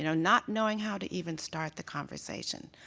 you know not knowing how to even start the conversation.